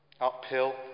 Uphill